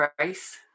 race